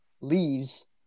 leaves